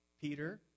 Peter